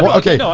ah okay.